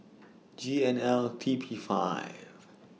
G N L T P five